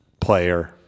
player